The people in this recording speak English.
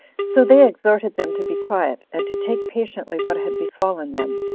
so they exhorted them to be quiet, and to take patiently what had befallen them,